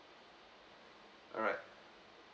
alright